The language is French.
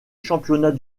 championnat